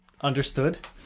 Understood